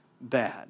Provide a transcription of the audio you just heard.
bad